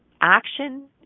action